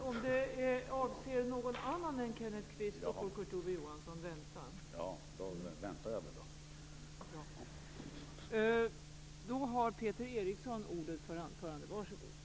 Om repliken avser någon annan än Kenneth Kvist får jag be Kurt Ove Johansson att återkomma.